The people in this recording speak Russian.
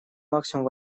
максимум